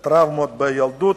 של טראומות בילדות,